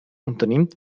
unternimmt